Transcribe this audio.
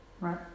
right